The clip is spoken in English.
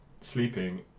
sleeping